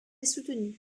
soutenu